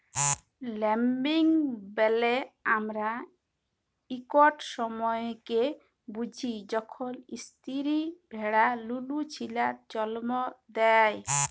lambing ব্যলে আমরা ইকট সময়কে বুঝি যখল ইস্তিরি ভেড়া লুলু ছিলা জল্ম দেয়